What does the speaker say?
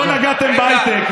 לא נגעתם בהייטק,